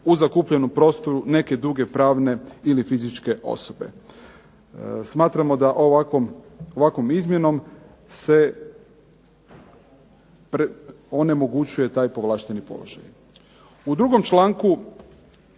u zakupljenom prostoru neke druge pravne ili fizičke osobe. Smatramo da ovakvom izmjenom se onemogućuje taj povlašteni položaj. U drugom članku